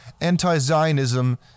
anti-Zionism